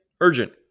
urgent